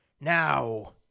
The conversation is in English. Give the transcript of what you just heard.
Now